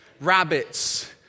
rabbits